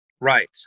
Right